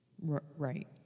Right